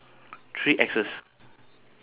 ah half half correct lah